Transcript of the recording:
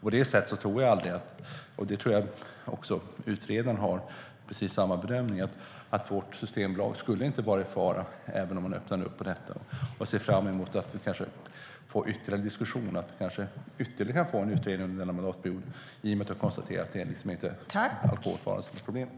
Jag tror inte att vårt systembolag skulle vara i fara även om man öppnade upp för detta, och jag tror att utredaren gör precis samma bedömning.